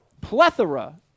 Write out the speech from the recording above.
plethora